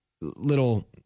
little